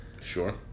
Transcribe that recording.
Sure